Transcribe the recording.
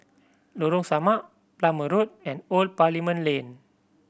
Lorong Samak Plumer Road and Old Parliament Lane